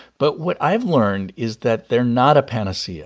but what i've learned is that they're not a panacea